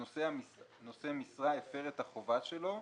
שנושא משרה הפר את החובה שלו,